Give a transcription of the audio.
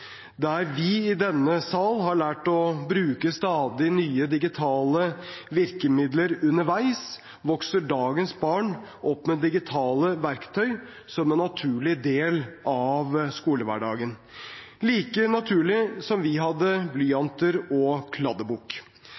Der vi i denne sal har lært å bruke stadig nye digitale virkemidler underveis, vokser dagens barn opp med digitale verktøy som en naturlig del av skolehverdagen – like naturlig som at vi hadde blyanter og kladdebok.